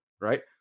right